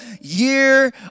year